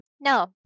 No